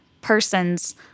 person's